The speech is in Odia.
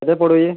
କେତେ ପଡ଼ୁଛେ